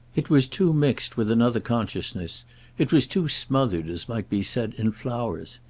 it was too mixed with another consciousness it was too smothered, as might be said, in flowers.